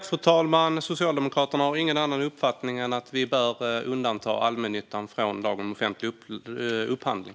Fru talman! Socialdemokraterna har ingen annan uppfattning än att vi bör undanta allmännyttan från lagen om offentlig upphandling.